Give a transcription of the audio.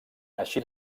així